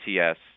ATS